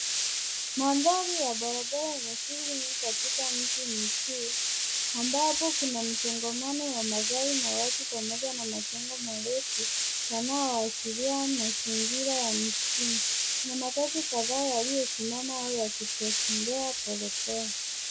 Maandari ya barabara enye shughuli nyingi katika mji mkuu. ambapo kuna mzongamano wa magari na watu pamoja na majengo mrefu yanaoashiria mazingira ya mjini. Kuna matatu kataa yaliosimama au yakitembea poepole.